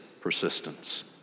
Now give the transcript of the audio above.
persistence